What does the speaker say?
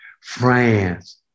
France